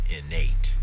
innate